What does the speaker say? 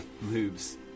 moves